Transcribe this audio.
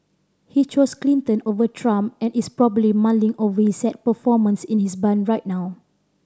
he chose Clinton over Trump and is probably mulling over his sad performance in his barn right now